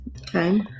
Okay